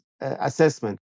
assessment